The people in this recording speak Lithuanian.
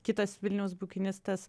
kitas vilniaus bukinistas